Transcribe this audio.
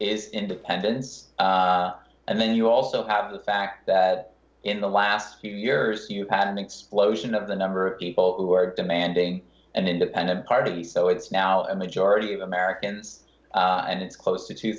is independents and then you also have the fact that in the last few years you've had an explosion of the number of people who are demanding an independent party so it's now a majority of americans and it's close to two